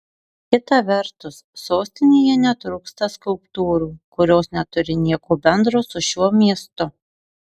kita vertus sostinėje netrūksta skulptūrų kurios neturi nieko bendro su šiuo miestu